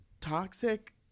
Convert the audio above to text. toxic